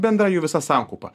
bendra jų visa sankaupa